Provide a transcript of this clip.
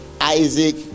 Isaac